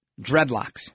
dreadlocks